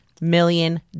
million